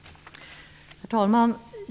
Herr talman!